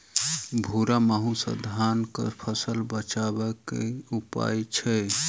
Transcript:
भूरा माहू सँ धान कऽ फसल बचाबै कऽ की उपाय छै?